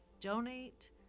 donate